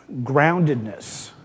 groundedness